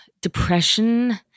depression